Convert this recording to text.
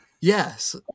Yes